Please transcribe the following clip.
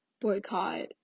boycott